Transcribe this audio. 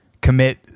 commit